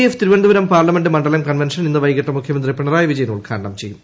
F Thiruvananthapuram parliament മണ്ഡലം convention ഇന്ന് വൈകിട്ട് മുഖ്യമന്ത്രി പിണറായി വിജയൻ ഉദ്ഘാടനം ചെയ്യും